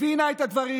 הבינה את הדברים,